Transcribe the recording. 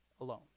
alone